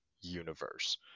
universe